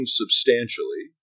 substantially